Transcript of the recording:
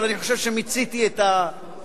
אבל אני חושב שמיציתי את העניין.